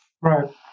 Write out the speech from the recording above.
Right